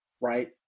right